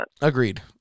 Agreed